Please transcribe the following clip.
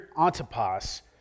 Antipas